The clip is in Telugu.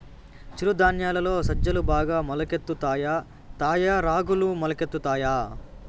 చిరు ధాన్యాలలో సజ్జలు బాగా మొలకెత్తుతాయా తాయా రాగులు మొలకెత్తుతాయా